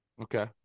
Okay